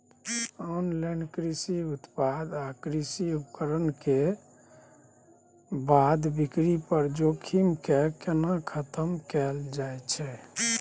Online कृषि उत्पाद आ कृषि उपकरण के खरीद बिक्री पर जोखिम के केना खतम कैल जाए छै?